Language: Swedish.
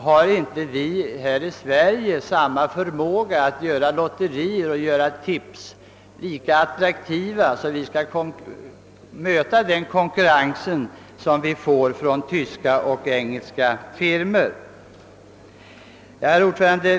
Har inte vi i Sverige förmåga att göra lotterier och tips så attraktiva att vi kan möta den konkurrens vi får från tyska och engelska firmor? Herr talman!